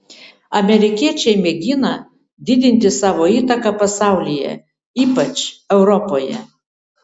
amerikiečiai mėgina didinti savo įtaką pasaulyje ypač europoje